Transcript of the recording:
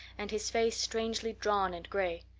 and his face strangely drawn and gray.